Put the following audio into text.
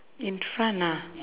in front ah